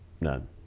none